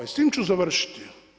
I s tim ću završiti.